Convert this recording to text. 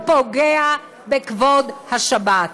זה לא פוגע בכבוד השבת,